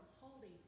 holding